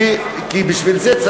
כי בשביל זה,